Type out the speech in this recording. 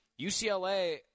UCLA